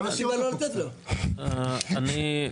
אני,